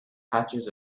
patches